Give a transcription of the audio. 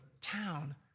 town